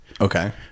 Okay